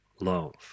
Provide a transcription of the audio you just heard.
love